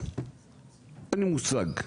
אין לי מושג,